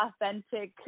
authentic